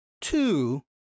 two